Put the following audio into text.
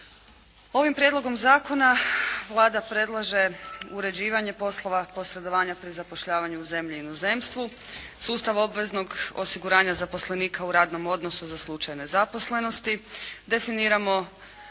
Ovim Prijedlogom zakona Vlada predlaže uređivanje poslova posredovanja pri zapošljavanju u zemlji i inozemstvu, sustav obveznog osiguranja zaposlenika u radnom odnosu za slučaj nezaposlenosti, definiramo